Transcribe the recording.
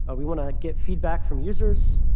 ah we want to get feedback from users.